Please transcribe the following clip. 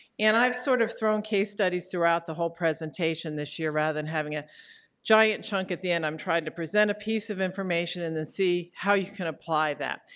and i've sort of thrown case studies throughout the whole presentation this year rather than having a giant chunk at the end. i'm trying to present a piece of information and then see how you can apply that.